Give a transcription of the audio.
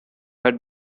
had